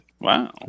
Wow